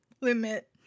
limit